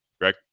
Greg